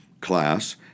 class